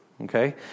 okay